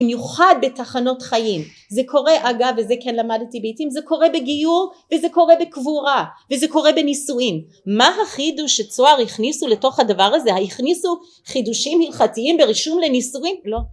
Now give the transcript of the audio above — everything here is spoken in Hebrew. במיוחד בתחנות חיים. זה קורה אגב, וזה כן למדתי בעיתים, זה קורה בגיור, וזה קורה בקבורה, וזה קורה בנישואין. מה החידוש שצוהר הכניסו לתוך הדבר הזה? הכניסו חידושים הלכתיים ברישום לנישואין? לא.